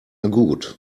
gut